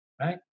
Right